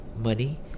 money